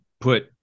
put